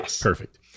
Perfect